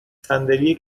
صندلی